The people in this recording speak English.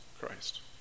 Christ